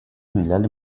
ملل